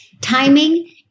Timing